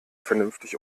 vernünftig